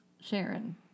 Sharon